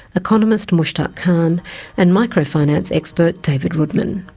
economist mushtaq khan and microfinance expert, david roodman.